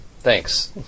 thanks